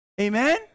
Amen